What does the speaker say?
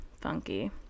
funky